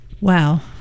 Wow